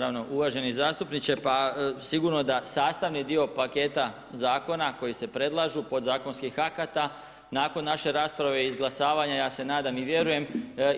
Je, hvala lijepo, naravno uvaženi zastupniče pa sigurno da sastavni dio paketa zakona koji se predlažu, pod zakonskih akata, nakon naše rasprave, izglasavanja ja se nadam i vjerujem